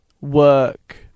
work